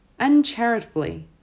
Uncharitably